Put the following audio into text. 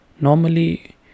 Normally